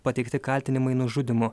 pateikti kaltinimai nužudymu